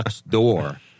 door